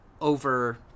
over